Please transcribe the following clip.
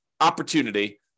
opportunity